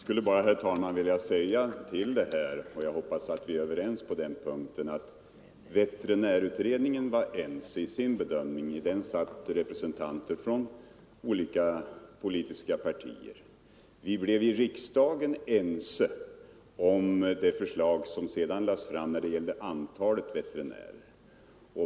Herr talman! Jag skulle bara vilja säga — och jag hoppas att vi är överens 13 på den punkten — att veterinärutredningen var enig i sin bedömning. I den satt representanter från olika politiska partier. Vi blev i riksdagen ense om det förslag som sedan lades fram i fråga om antalet veterinärer.